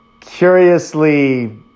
curiously